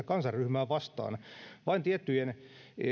kansanryhmää vastaan vain tiettyjen